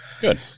good